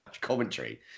commentary